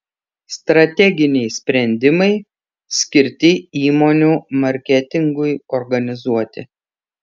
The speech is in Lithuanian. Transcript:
strateginiai sprendimai skirti įmonių marketingui organizuoti